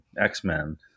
X-Men